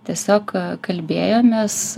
tiesiog kalbėjomės